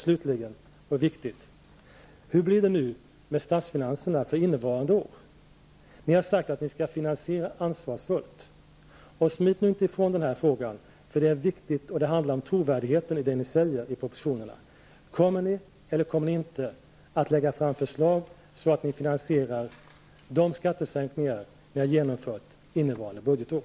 Slutligen, och det är viktigt: Hur blir det nu med statsfinanserna för innevarande budgetår? Ni har sagt att ni skall finansiera ansvarsfullt. Smit nu inte ifrån den här frågan! Den är viktig. Det handlar om trovärdigheten i det ni säger i propositionerna. Kommer ni eller kommer ni inte att lägga fram förslag som finansierar de skattesänkningar ni har genomfört innevarande budgetår?